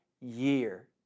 year